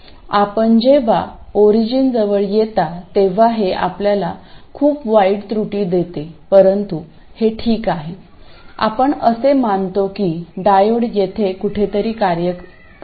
आपण जेव्हा ओरिजिन जवळ येता तेव्हा हे आपल्याला खूप वाईट त्रुटी देते परंतु हे ठीक आहे आपण असे मानतो की डायोड येथे कुठेतरी कार्यरत आहे